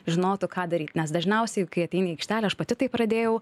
žinotų ką daryt nes dažniausiai kai ateini į aikštelę aš pati taip pradėjau